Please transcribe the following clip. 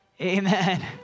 amen